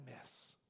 miss